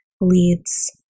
leads